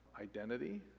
Identity